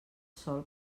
sol